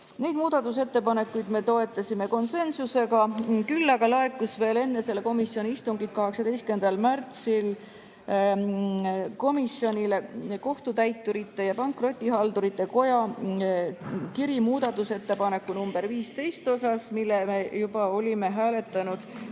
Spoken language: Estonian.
Neid muudatusettepanekuid me toetasime konsensusega, küll aga laekus veel enne selle komisjoni istungit, 18. märtsil komisjonile Eesti Kohtutäiturite ja Pankrotihaldurite Koja kiri muudatusettepaneku nr 15 kohta, mida me juba olime hääletanud